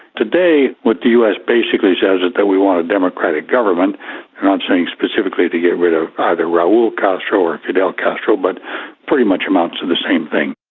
today, what the us basically says is that we want a democratic government not saying specifically to get rid of either raul castro or fidel castro, but pretty much amounts to the same thing.